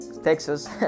Texas